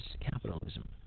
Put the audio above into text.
capitalism